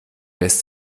lässt